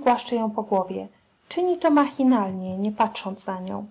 głaszcze ją po głowie czyni to machinalnie nie patrząc na nią